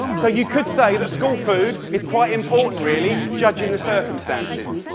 so you could say that school food is quite important, really, judging the circumstances.